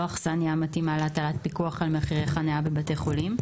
האכסניה המתאימה להטלת פיקוח על מחירי חניה בבתי חולים,